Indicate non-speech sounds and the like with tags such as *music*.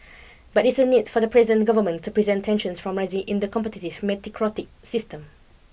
but it's a need for the present government to present tensions from rising in the competitive *unintelligible* system